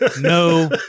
no